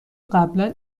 قبلا